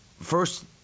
first